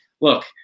look